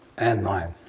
and mine.